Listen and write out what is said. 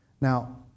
Now